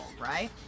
right